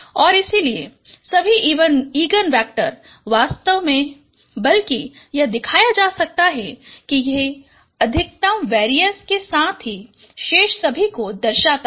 और इसलिए सभी इगन वेक्टर वास्तव में बल्कि यह दिखाया जा सकता है कि ये अधिकतम वेरीएंस के साथ ही शेष सभी को दर्शाता है